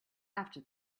after